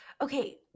Okay